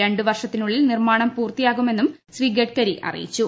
രണ്ട് വർഷത്തിനുള്ളിൽ നിർമാണം പൂർത്തിയാക്കുമെന്നും ശ്രീ ഗഡ്കരി അറിയിച്ചു